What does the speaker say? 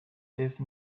gave